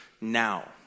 now